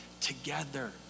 together